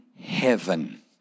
heaven